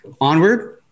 onward